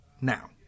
Now